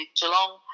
Geelong